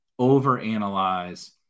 overanalyze